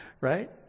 right